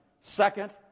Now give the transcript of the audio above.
Second